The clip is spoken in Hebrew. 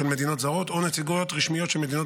של מדינות זרות או נציגויות רשמיות של מדינות